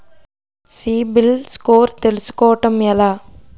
CIBIL score తెల్సుకోటం ఎలా?